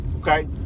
okay